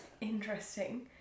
Interesting